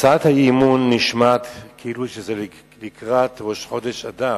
הצעת האי-אמון נשמעת כאילו שזה לקראת ראש חודש אדר,